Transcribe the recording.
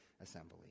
assembly